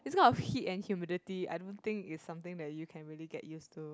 this kind of heat and humidity I don't think it's something that you can really get used to